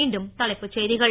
மீண்டும் தலைப்புச் செய்திகள்